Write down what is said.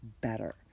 better